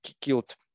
killed